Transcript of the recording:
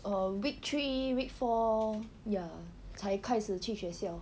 err week three week four ya 才开始去学校